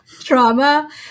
trauma